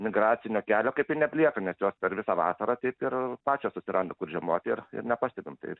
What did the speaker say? migracinio kelio kaip ir nebelieka nes jos per visą vasarą taip ir pačios susiranda kur žiemot ir ir nepastebim tai